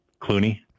Clooney